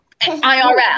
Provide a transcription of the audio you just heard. IRL